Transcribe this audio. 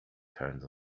turned